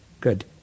Good